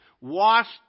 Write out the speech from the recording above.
washed